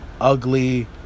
Ugly